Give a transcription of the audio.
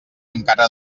encara